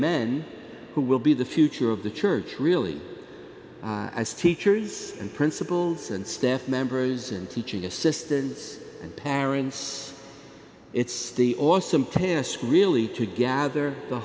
men who will be the future of the church really as teachers and principals and staff members and teaching assistants and paragraphs it's the awesome task really to gather the